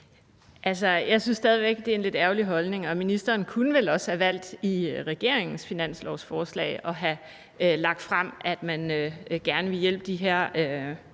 jeg synes stadig væk, det er en lidt ærgerlig holdning, og ministeren kunne vel også i regeringens finanslovsforslag have valgt at have lagt frem, at man gerne ville hjælpe de her